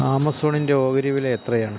ആമസോണിന്റെ ഓഹരി വിലയെത്രയാണ്